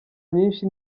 myinshi